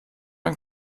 ein